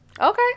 Okay